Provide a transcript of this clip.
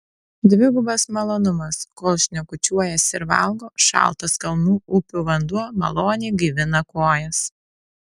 dvigubas malonumas kol šnekučiuojasi ir valgo šaltas kalnų upių vanduo maloniai gaivina kojas